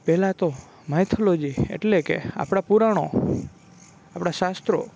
પહેલાં તો માઇથોલોજી એટલે કે આપણાં પુરાણો આપણાં શાસ્ત્રો